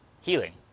healing